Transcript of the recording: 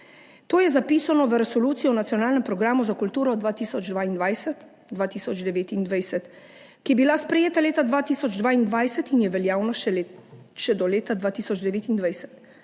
To je zapisano v Resoluciji o nacionalnem programu za kulturo 2022–2029, ki je bila sprejeta leta 2022 in je veljavna še do leta 2029.